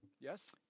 Yes